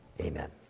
amen